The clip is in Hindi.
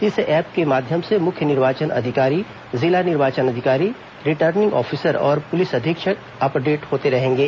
इस ऐप के माध्यम से मुख्य निर्वाचन अधिकारी जिला निर्वाचन अधिकारी रिटर्निंग ऑफिसर और पुलिस अधीक्षक अपडेट होते रहेंगे